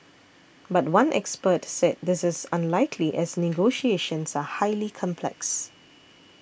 but one expert said this is unlikely as negotiations are highly complex